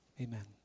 Amen